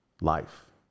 life